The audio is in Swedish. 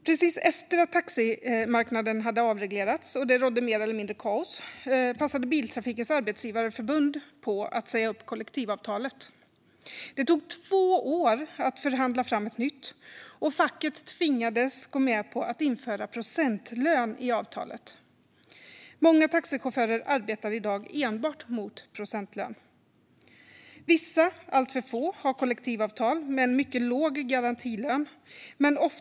Precis efter att taximarknaden hade avreglerats och det rådde mer eller mindre kaos passade Biltrafikens Arbetsgivareförbund på att säga upp kollektivavtalet. Det tog två år att förhandla fram ett nytt, och facket tvingades gå med på att införa procentlön i avtalet. Många taxichaufförer arbetar i dag enbart mot procentlön. Vissa, alltför få, har kollektivavtal med en mycket låg garantilön.